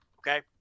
Okay